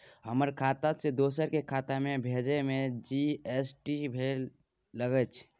हमर खाता से दोसर के खाता में भेजै में जी.एस.टी भी लगैछे?